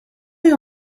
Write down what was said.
you